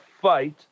fight